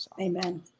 Amen